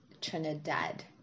Trinidad